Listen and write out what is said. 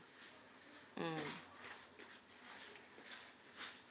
mm